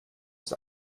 ist